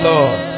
Lord